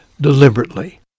deliberately